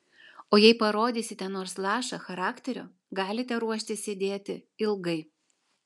o jei parodysite nors lašą charakterio galite ruoštis sėdėti ilgai